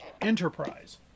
Enterprise